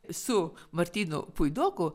su martynu puidoku